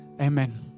Amen